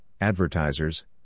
advertisers